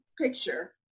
picture